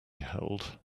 held